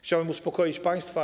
Chciałbym uspokoić państwa.